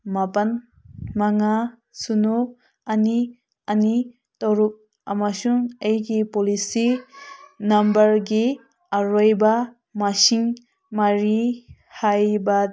ꯃꯥꯄꯜ ꯃꯉꯥ ꯁꯤꯅꯣ ꯑꯅꯤ ꯑꯅꯤ ꯇꯔꯨꯛ ꯑꯃꯁꯨꯡ ꯑꯩꯒꯤ ꯄꯣꯂꯤꯁꯤ ꯅꯝꯕꯔꯒꯤ ꯑꯔꯣꯏꯕ ꯃꯁꯤꯡ ꯃꯔꯤ ꯍꯥꯏꯕ